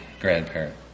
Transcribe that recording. grandparent